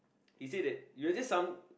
he say that you are just some